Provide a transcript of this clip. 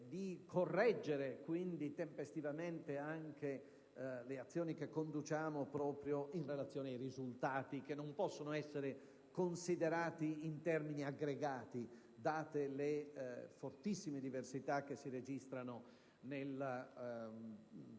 di correggere quindi tempestivamente anche le azioni che conduciamo proprio in relazione ai risultati, che non possono essere considerati in termini aggregati date le fortissime diversità che si registrano nel nostro